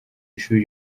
ishuri